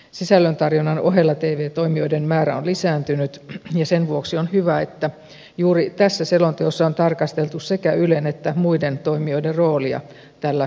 sisällön tarjonnan ohella tv toimijoiden määrä on lisääntynyt ja sen vuoksi on hyvä että juuri tässä selonteossa on tarkasteltu sekä ylen että muiden toimijoiden roolia tällä muutosalttiilla kentällä